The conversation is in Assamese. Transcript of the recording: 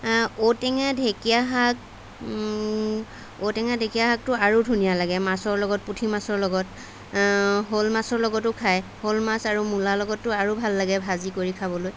ঔটেঙা ঢেকীয়াশাক ঔটেঙা ঢেকীয়াশাকটো আৰু ধুনীয়া লাগে মাছৰ লগত পুঠি মাছৰ লগত শ'ল মাছৰ লগতো খায় শ'ল মাছ আৰু মূলাৰ লগততো আৰু ভাল লাগে ভাজি কৰি খাবলৈ